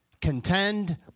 Contend